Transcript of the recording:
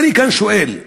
ואני שואל,